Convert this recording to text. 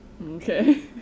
Okay